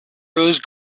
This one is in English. rose